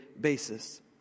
basis